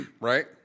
right